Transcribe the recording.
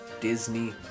Disney